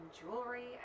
jewelry